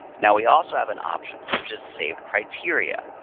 now we also have an option which is saved criteria.